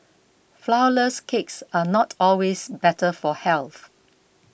Flourless Cakes are not always better for health